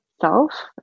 self